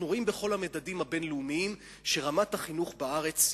אנחנו רואים בכל המדדים הבין-לאומיים שרמת החינוך בארץ יורדת.